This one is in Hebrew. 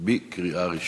בקריאה ראשונה.